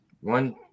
One